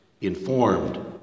informed